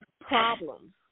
problems